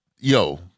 yo